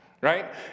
right